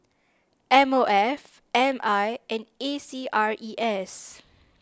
M O F M I and A C R E S